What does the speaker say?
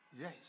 Yes